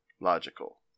logical